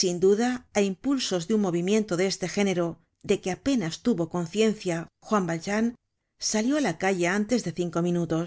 sin duda á impulsos de un movimiento de este género de que apenas tuvo conciencia juan valjean salió á la calleantes de cinco minutos